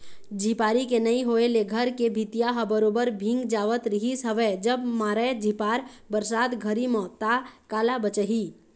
झिपारी के नइ होय ले घर के भीतिया ह बरोबर भींग जावत रिहिस हवय जब मारय झिपार बरसात घरी म ता काला बचही